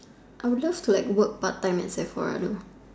I would love to like work part time in Sephora though